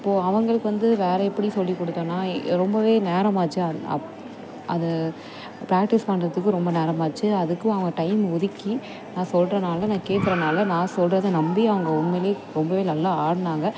அப்போது அவங்களுக்கு வந்து வேற எப்படி சொல்லிக் கொடுத்தோன்னா ரொம்ப நேரமாச்சு அடு அப் அது பிராக்டிஸ் பண்ணுறதுக்கு ரொம்ப நேரமாச்சு அதுக்கும் அவங்க டைம் ஒதுக்கி நான் சொல்கிறனால நான் கேட்குறனால நான் சொல்றதை நம்பி அவங்க உண்மையில் ரொம்ப நல்லா ஆடுனாங்க